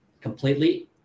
completely